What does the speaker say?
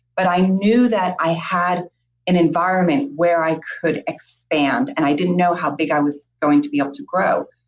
but i knew that i had an environment where i could expand and i didn't know how big i was going to be able to grow.